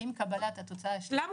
ועם קבלת התוצאה השלילית --- למה